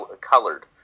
colored